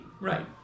Right